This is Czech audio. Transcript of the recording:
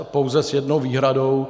Pouze s jednou výhradou.